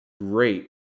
great